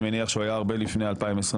אני מניח שהוא היה הרבה לפני 2022,